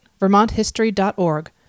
vermonthistory.org